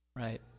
right